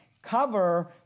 cover